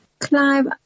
Clive